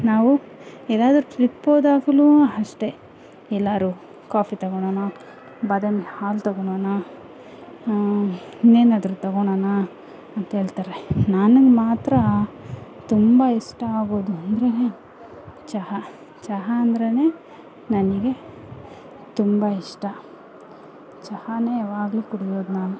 ನಾವು ಎಲ್ಲಾದರೂ ಟ್ರಿಪ್ ಹೋದಾಗ್ಲೂ ಅಷ್ಟೆ ಎಲ್ಲಾದ್ರು ಕಾಫಿ ತಗೊಳ್ಳೋಣ ಬಾದಾಮಿ ಹಾಲು ತಗೊಳ್ಳೋಣ ಇನ್ನೇನಾದ್ರೂ ತಗೊಳ್ಳೋಣ ಅಂಥೇಳ್ತಾರೆ ನನಗೆ ಮಾತ್ರ ತುಂಬ ಇಷ್ಟ ಆಗೋದು ಅಂದ್ರೆನೆ ಚಹಾ ಚಹಾ ಅಂದ್ರೆನೇ ನನಗೆ ತುಂಬ ಇಷ್ಟ ಚಹಾನೆ ಯಾವಾಗಲೂ ಕುಡಿಯೋದು ನಾನು